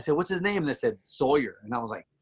so what's his name? and said, sawyer. and i was like,